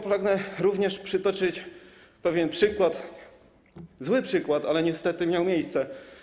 Pragnę również przytoczyć pewien przykład, zły przykład, ale niestety miało to miejsce.